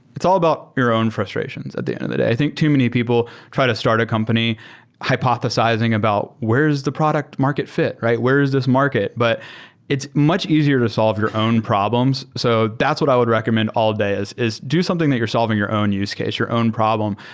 it's all about your own frustrations at the end of the day. i think too many people try to start a company hypothesizing about where is the product market fi t? where is this market? but it's much easier to solve your own problems. so that's what i would recommend all day, is is do something that you're solving your own use case, your own problem.